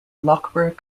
loughborough